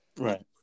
right